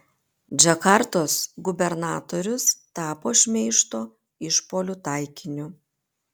džakartos gubernatorius tapo šmeižto išpuolių taikiniu